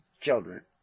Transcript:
children